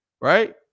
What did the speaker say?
right